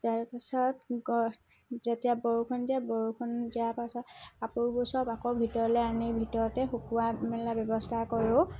তাৰপিছত গ যেতিয়া বৰষুণ দিয়ে বৰষুণ দিয়াৰ পাছত কাপোৰবোৰ সব আকৌ ভিতৰলৈ আনি ভিতৰতে শুকুওৱা মেলা ব্যৱস্থা কৰোঁ